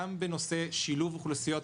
בנושא שילוב אוכלוסיות,